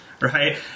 right